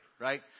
right